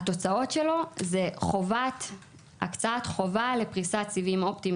התוצאות שלו זה הקצאת חובה לפריסת סיבים אופטיים,